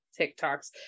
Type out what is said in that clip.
TikToks